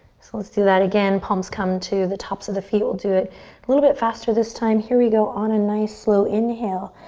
so let's do that again. palms come to the tops of the feet. we'll do it a little bit faster this time. here we go. on a nice slow inhale,